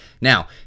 Now